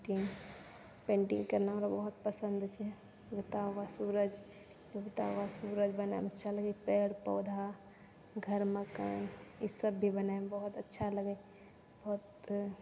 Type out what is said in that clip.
painting painting केनाइ हमरा बहुत पसन्द छै उगता हुआ सूरज उगता हुआ सूरज बनाबैमे अच्छा लागै छै पेड़ पौधा घर मकान ई सब भी बनाबैमे बहुत अच्छा लागै छै बहुत